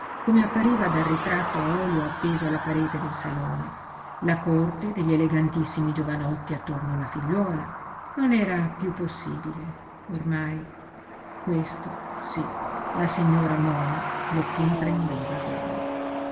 come appariva dal ritratto a olio appeso alla parete del salone la corte degli elegantissimi giovanotti attorno alla figliuola non era piú possibile ormai questo sí la signora moma lo comprendeva bene